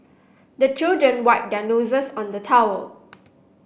the children wipe their noses on the towel